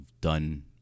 done